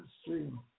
stream